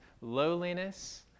lowliness